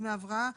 דמי הבראה,